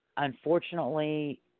Unfortunately